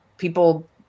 people